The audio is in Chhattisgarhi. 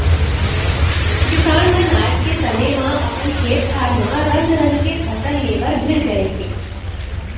किसान मन आज के समे म अपन खेत खार म रंग रंग के फसल ले बर भीड़ गए हें